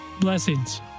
blessings